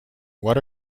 what